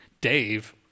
Dave